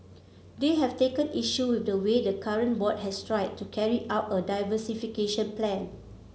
they have taken issue with the way the current board has tried to carry out a diversification plan